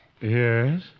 Yes